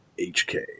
HK